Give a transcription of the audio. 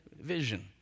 vision